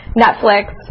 Netflix